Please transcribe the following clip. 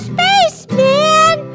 Spaceman